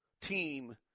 team